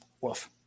Woof